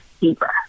deeper